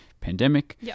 pandemic